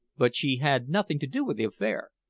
but she had nothing to do with the affair.